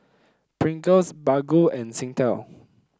Pringles Baggu and Singtel